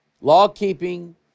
Law-keeping